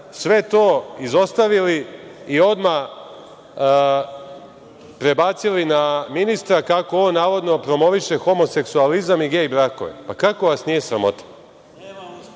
sve to izostavili i odmah prebacili na ministra, kako on navodno promoviše homoseksualizam i gej brakove. Kako vas nije sramota? Dakle,